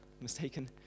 mistaken